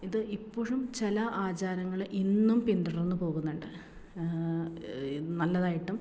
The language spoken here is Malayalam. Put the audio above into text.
ഇത് ഇപ്പോഴും ചില ആചാരങ്ങൾ ഇന്നും പിന്തുടർന്ന് പോകുന്നുണ്ട് നല്ലതായിട്ടും